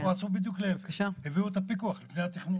פה עשו בדיוק להיפך, הביאו את הפיקוח לפני התכנון.